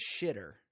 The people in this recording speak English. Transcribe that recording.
shitter